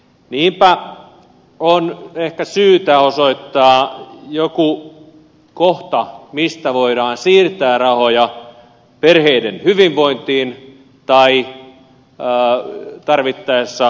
niinpä on ehkä syytä osoittaa joku kohta mistä voidaan siirtää rahoja perheiden hyvinvointiin tai tarvittaessa leikkauksiin